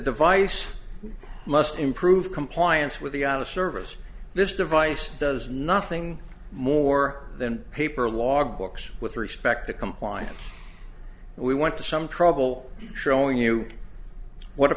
device must improve compliance with the out of service this device does nothing more than paper logbooks with respect to compliance we went to some trouble showing you what a